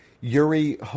Yuri